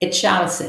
את שאר הספר,